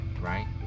right